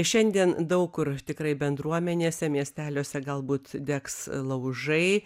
šiandien daug kur tikrai bendruomenėse miesteliuose galbūt degs laužai